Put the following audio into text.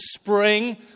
Spring